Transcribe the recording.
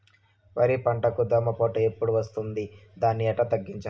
వరి పంటకు దోమపోటు ఎప్పుడు వస్తుంది దాన్ని ఎట్లా తగ్గించాలి?